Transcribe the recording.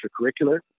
extracurricular